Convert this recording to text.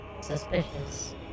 suspicious